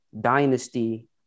Dynasty